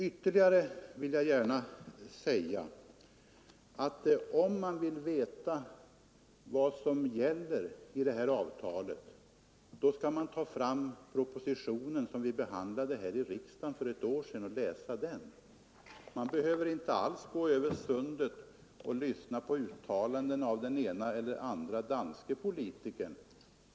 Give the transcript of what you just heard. Ytterligare vill jag gärna säga att om man önskar veta vad som gäller i det här avtalet, då skall man ta fram propositionen som vi behandlade här i riksdagen för ett år sedan och läsa den. Man behöver inte alls gå över sundet och lyssna på uttalanden av den ena eller andra danske politikern.